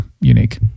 unique